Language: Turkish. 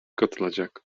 katılacak